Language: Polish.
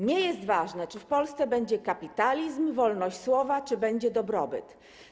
Nie jest ważne, czy w Polsce będzie kapitalizm, wolność słowa, czy będzie dobrobyt.